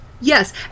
Yes